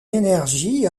énergie